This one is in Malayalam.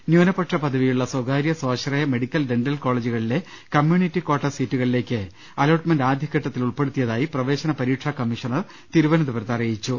ന്യൂനപക്ഷ പദവിയുള്ള സ്ഥകാര്യ സ്വാശ്രയ മെഡിക്കൽ ഡെന്റൽ കോളേജുകളിലെ കമ്മ്യൂണിറ്റി കാട്ട സീറ്റുകളിലേക്ക് അലോട്ട്മെന്റ് ആദ്യഘട്ടത്തിൽ ഉൾപ്പെടുത്തിയതായി പ്രവേശനപരീക്ഷാ കമ്മീഷണർ തിരുവനന്തപുരത്ത് അറിയിച്ചു